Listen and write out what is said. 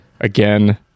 again